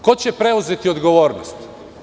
Ko će preuzeti odgovornost?